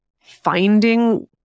finding